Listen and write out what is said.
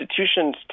institutions